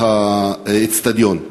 האיצטדיון.